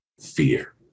fear